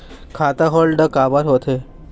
खाता होल्ड काबर होथे?